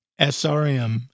SRM